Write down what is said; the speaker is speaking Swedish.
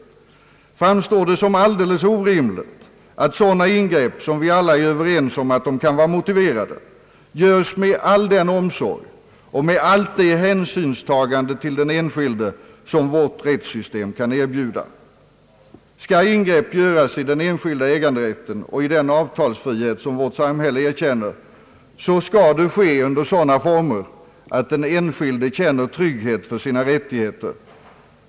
Framstår det som alldeles orimligt att sådana ingrepp — om vilka vi alla är överens att de kan vara motiverade — görs med all den omsorg och med allt det hänsynstagande till den enskilde som vårt rättssystem kan erbjuda? Skall ingrepp göras i den enskilda äganderätten och i den avtalsfrihet som vårt samhälle erkänner, bör det ske under sådana former att den enskilde känner trygghet för sina rättigheter.